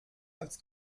als